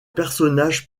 personnages